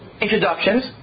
introductions